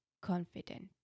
confident